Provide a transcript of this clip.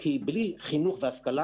כי בלי חינוך והשכלה